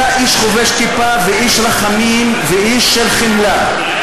אתה איש חובש כיפה ואיש רחמים ואיש של חמלה.